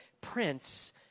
Prince